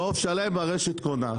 לעוף שלם שהרשת קונה.